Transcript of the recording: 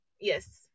Yes